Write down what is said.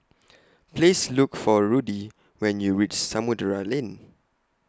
Please Look For Rudy when YOU REACH Samudera Lane